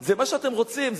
זה מה שאתם רוצים,